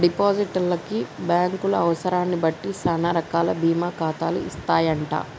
depositor కి బ్యాంకులు అవసరాన్ని బట్టి సానా రకాల బీమా ఖాతాలు ఇస్తాయంట